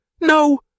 No